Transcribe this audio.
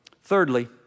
Thirdly